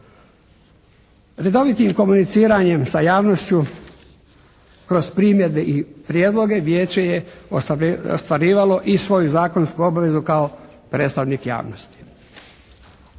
Redovitim komuniciranjem sa javnošću kroz primjedbe i prijedloge, Vijeće je ostvarivalo i svoju zakonsku obvezu kao predstavnik javnosti.